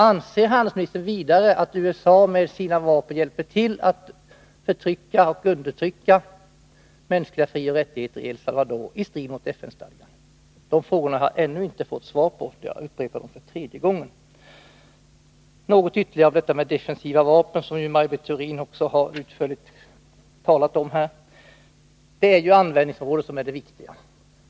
Anser handelsministern att USA med sina vapen hjälper till att undertrycka mänskliga frioch rättigheter i El Salvador i strid mot FN-stadgan? Dessa frågor har jag ännu inte fått svar på, och jag ställer dem nu för tredje gången. Maj Britt Theorin har utförligt talat om defensiva vapen. Det är givetvis användningsområdet som är det viktiga.